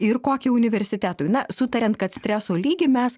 ir kokį universitetui na sutariant kad streso lygį mes